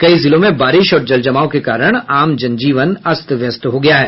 कई जिलों में बारिश और जलजमाव के कारण आम जनजीवन अस्त व्यस्त हो गया है